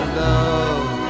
love